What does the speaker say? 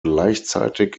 gleichzeitig